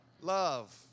Love